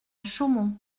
chaumont